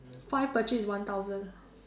five purchase is one thousand